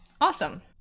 Awesome